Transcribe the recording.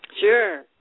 Sure